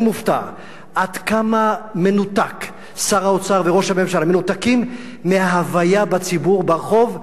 אני מופתע עד כמה מנותקים שר האוצר וראש הממשלה מההוויה בציבור ברחוב.